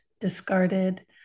discarded